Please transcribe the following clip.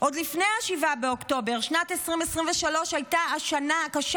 עוד לפני 7 באוקטובר שנת 2023 הייתה השנה הקשה